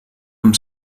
amb